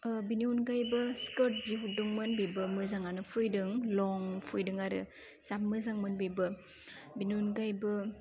बिनि अनगायैबो स्कार्ट बिहरदोंमोन बेबो मोजाङानो फैदों लं फैदों आरो जा मोजांमोन बेबो बिनि अनगायैबो